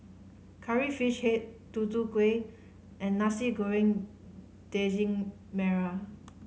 Curry Fish Head Tutu Kueh and Nasi Goreng Daging Merah